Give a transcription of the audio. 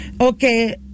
okay